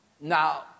Now